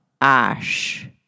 ash